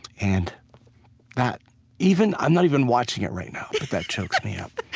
and that even i'm not even watching it right now, but that chokes me up